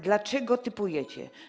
Dlaczego typujecie?